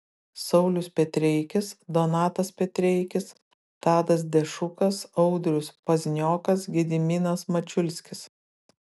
saulius petreikis donatas petreikis tadas dešukas audrius pazniokas gediminas mačiulskis